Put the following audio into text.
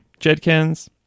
Jedkins